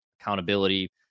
accountability